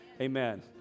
Amen